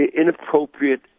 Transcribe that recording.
inappropriate